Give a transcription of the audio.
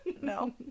No